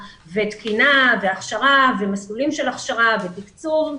תקינה, הכשרה, מסלולים של הכשרה ותקצוב,